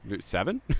Seven